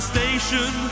Station